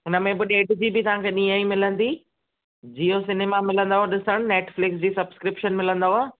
उनमें बि ॾेढु जी बी तव्हांखे ॾींहुं ई मिलंदी जीयो सिनेमा मिलंदव ॾिसण नेटफ़िल्क्स जी सब्सक्रिपिशन मिलंदव